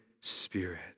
spirit